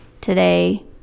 today